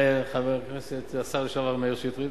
חבר הכנסת השר לשעבר מאיר שטרית,